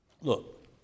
Look